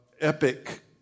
epic